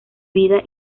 vida